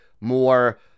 more